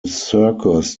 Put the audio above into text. circus